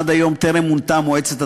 עד היום טרם מונתה מועצת התאגיד.